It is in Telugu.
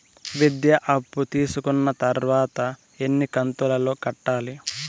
విద్య అప్పు తీసుకున్న తర్వాత ఎన్ని కంతుల లో కట్టాలి?